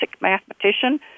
mathematician